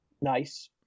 nice